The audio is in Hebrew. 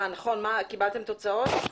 נכון, קיבלתם תוצאות?